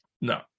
No